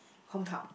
hometown